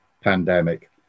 pandemic